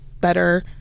better